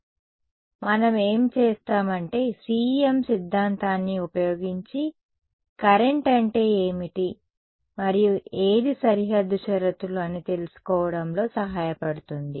కాబట్టి మనం ఏమి చేస్తాం అంటే CEM సిద్ధాంతాన్ని ఉపయోగించి కరెంట్ అంటే ఏమిటి మరియు ఏది సరిహద్దు షరతులు అని తెలుసుకోవడంలో సహాయపడుతుంది